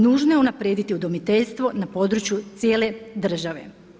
Nužno je unaprijediti udomiteljstvo na području cijele države.